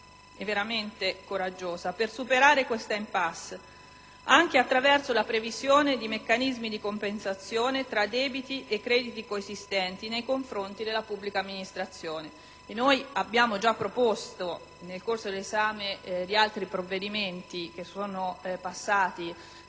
veramente coraggiosa per superare questa *impasse* anche attraverso la previsione di meccanismi di compensazione tra debiti e crediti coesistenti nei confronti della pubblica amministrazioni. Noi abbiamo già proposto, nel corso dell'esame di altri provvedimenti che sono passati